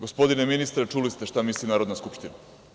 Gospodine ministre, čuli ste šta misli Narodna skupština.